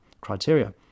criteria